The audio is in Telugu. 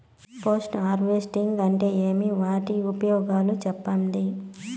పోస్ట్ హార్వెస్టింగ్ అంటే ఏమి? వాటి ఉపయోగాలు చెప్పండి?